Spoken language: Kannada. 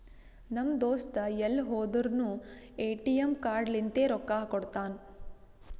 ನಮ್ ದೋಸ್ತ ಎಲ್ ಹೋದುರ್ನು ಎ.ಟಿ.ಎಮ್ ಕಾರ್ಡ್ ಲಿಂತೆ ರೊಕ್ಕಾ ಕೊಡ್ತಾನ್